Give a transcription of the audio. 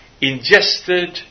ingested